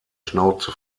schnauze